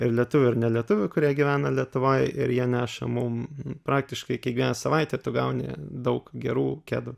ir lietuvių ir nelietuvių kurie gyvena lietuvoj ir jie neša mum praktiškai kiekvieną savaitę tu gauni daug gerų kedų